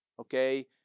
okay